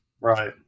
Right